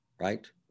Right